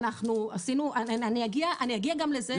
אני אגיע גם לזה.